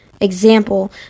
example